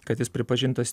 kad jis pripažintas